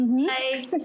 Hi